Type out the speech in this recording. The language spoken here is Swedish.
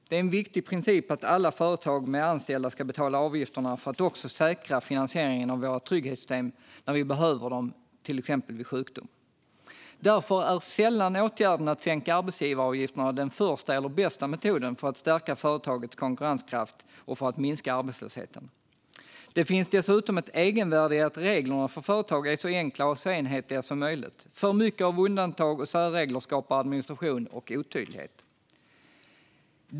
Det är en viktig princip att alla företag med anställda ska betala avgifterna för att också säkra finansieringen av våra trygghetssystem när vi behöver dem till exempel vid sjukdom. Därför är sällan åtgärden att sänka arbetsgivaravgifterna den första eller bästa metoden för att stärka företagets konkurrenskraft och för att minska arbetslösheten. Det finns dessutom ett egenvärde i att reglerna för företag är så enkla och så enhetliga som möjligt. För mycket av undantag och särregler skapar administration och otydlighet.